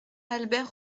albert